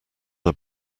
are